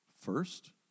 first